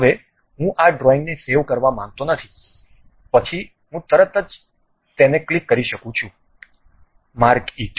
હવે હું આ ડ્રોઇંગને સેવ કરવા માંગતો નથી પછી હું તરત જ તેને ક્લિક કરી શકું છું માર્ક ઇટ